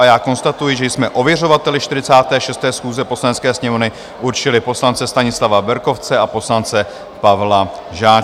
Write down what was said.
A já konstatuji, že jsme ověřovateli 46. schůze Poslanecké sněmovny určili poslance Stanislava Berkovce a poslance Pavla Žáčka.